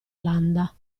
landa